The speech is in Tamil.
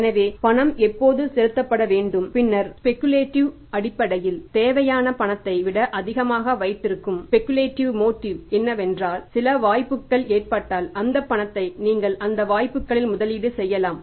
எனவே பணம் எப்போது செலுத்தப்பட வேண்டும் பின்னர் ஸ்பெஷலிடிவ் என்னவென்றால் சில வாய்ப்புகள் ஏற்பட்டால் அந்த பணத்தை நீங்கள் அந்த வாய்ப்புகளில் முதலீடு செய்யலாம்